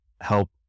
help